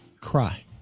cry